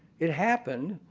it happened.